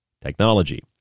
technology